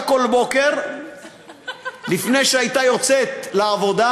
כל בוקר לפני שהייתה יוצאת לעבודה,